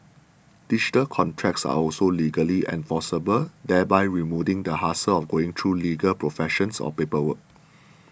digital contracts are also legally enforceable thereby removing the hassle of going through legal professionals or paperwork